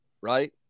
right